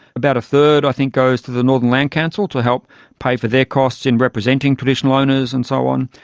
about a third i think goes to the northern land council to help pay for their costs in representing traditional owners and so on,